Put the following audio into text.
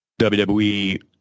WWE